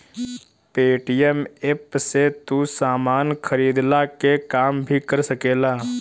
Paytm app से तू सामान खरीदला के काम भी कर सकेला